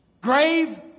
Grave